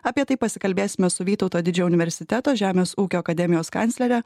apie tai pasikalbėsime su vytauto didžiojo universiteto žemės ūkio akademijos kanclere